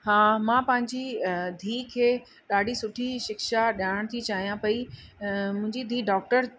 हा मां पंहिंजी धीउ खे ॾाढी सुठी शिक्षा ॾियाण थी चाहियां पई मुंहिंजी धीउ डॉक्टर